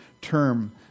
term